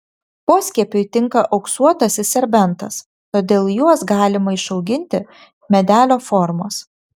poskiepiui tinka auksuotasis serbentas todėl juos galima išauginti medelio formos